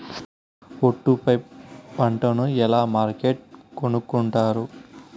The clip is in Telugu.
ఒట్టు పై పంటను ఎలా మార్కెట్ కొనుక్కొంటారు?